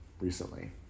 recently